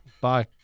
Bye